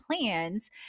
plans